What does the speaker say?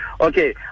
Okay